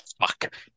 Fuck